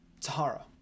Tahara